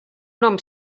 nom